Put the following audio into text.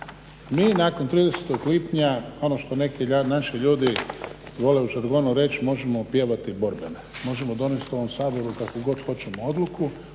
Mi nakon 30. lipnja ono što neki naši ljudi vole u žargonu reći možemo pjevati borbene. Možemo donijeti u ovom Saboru kakvu god hoćemo odluku,